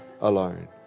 alone